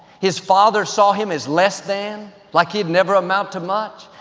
his father saw him as less than, like he'd never amount to much.